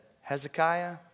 Hezekiah